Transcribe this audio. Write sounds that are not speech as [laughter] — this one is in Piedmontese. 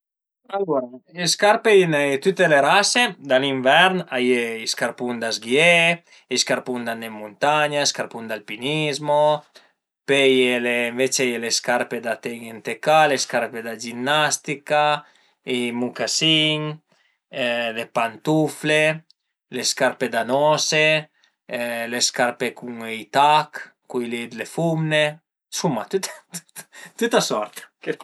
Alura d'le scarpe a i n'a ie dë tüte le rase, da l'invern a ie i scarpun da zghié, i scarpun d'andé ën muntagna, i scarpun d'alpinizmo, pöi a ie ënvece a ie le scarpe da teni ën la ca, le scarpe da ginnastica, i mucasin, le pantufle, le scarpe da nose, le scarpe cun i tach cui li d'le fumne, suma [noise] tüta sorta